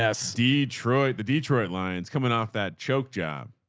ah steve troy, the detroit lions coming off that choke job.